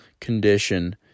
condition